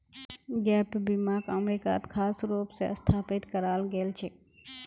gap बीमाक अमरीकात खास रूप स स्थापित कराल गेल छेक